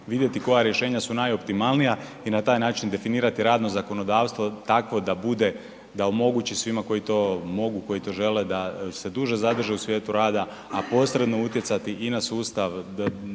vidjeti koja rješenja su najoptimalnija i na taj način definirati radno zakonodavstvo takvo da bude, da omogući svima koji to mogu, koji to žele da se duž zadrže u svijetu rada a posebno utjecati i na sustav